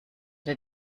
der